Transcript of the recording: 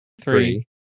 three